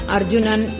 Arjunan